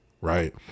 right